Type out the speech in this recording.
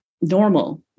normal